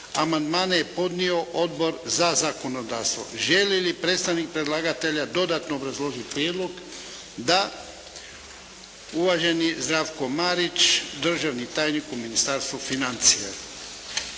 Amandmane je podnio Odbor za zakonodavstvo. Želi li predstavnik predlagatelja dodatno obrazložiti prijedlog? Da. Uvaženi Zdravko Marić, državni tajnik u Ministarstvu financija.